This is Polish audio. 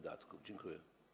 Dziękuję.